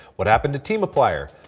what happened to teamiplier?